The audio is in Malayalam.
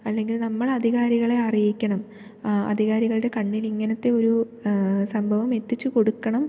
അല്ലെങ്കിൽ നമ്മളധികാരികളെ അറിയിക്കണം അധികാരികളുടെ കണ്ണിൽ ഇങ്ങനത്തെ ഒരു സംഭവം എത്തിച്ചു കൊടുക്കണം